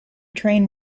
train